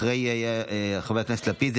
אחרי חבר הכנסת לפיד,